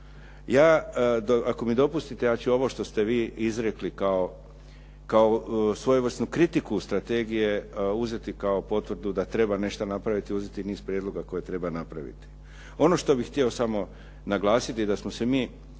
Ja, ako mi dopustite ja ću ovo što ste vi izrekli kao svojevrsnu kritiku strategije uzeti kao potvrdu da treba nešto napraviti, uzeti niz prijedloga koje treba napraviti. Ono što bih htio samo naglasiti da smo se mi